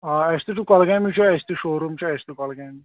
آ اَسہِ تہِ چھُ کۅلگامی چھُ اَسہِ تہِ شوٗ روٗم چھُ اَسہِ تہِ کۅلگامہِ